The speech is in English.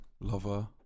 lover